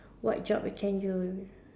what job you can you